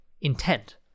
Intent